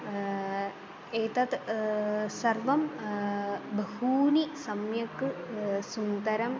एतत् सर्वं बहूनि सम्यक् सुन्दरम्